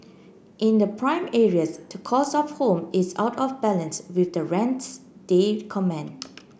in the prime areas the cost of home is out of balance with the rents they command